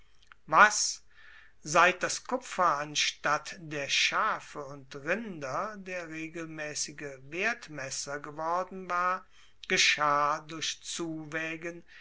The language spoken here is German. was seit das kupfer anstatt der schafe und rinder der regelmaessige wertmesser geworden war geschah durch